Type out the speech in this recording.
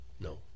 No